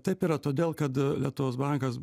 taip yra todėl kad lietuvos bankas